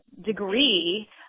degree